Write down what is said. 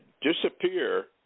disappear